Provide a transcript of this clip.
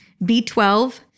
B12